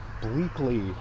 bleakly